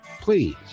Please